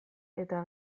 eta